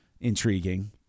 Intriguing